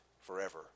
forever